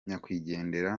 nyakwigendera